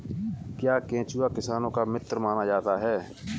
क्या केंचुआ किसानों का मित्र माना जाता है?